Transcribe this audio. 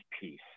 peace